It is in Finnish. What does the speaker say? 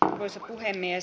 arvoisa puhemies